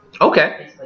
Okay